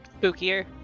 Spookier